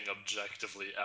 objectively